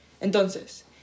Entonces